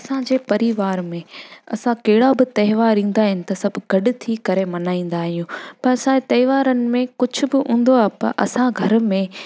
असांजे परिवार में असां कहिड़ा ॿ त्योहार ईंदा आहिनि त सभु गॾ थी करे मल्हाईंदा आहियूं पर असां त्योहारनि में कुझ बि हूंदो आ्हे त असां घर में